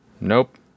Nope